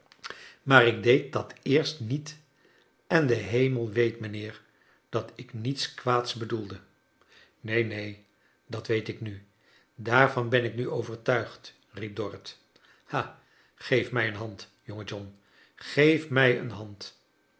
maar ik deed dat eerst niet en de hemel weet mijnheer dat ik niets kwaads bedoelde neen neen dat weet ik nu daarvan ben ik nu overtuigd riep dorrit ha geef mij een hand jonge john geef mij een hand